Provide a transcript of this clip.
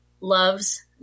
loves